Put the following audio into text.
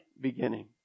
beginning